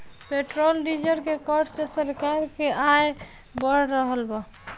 petrol diesel के कर से सरकार के आय बढ़ रहल बा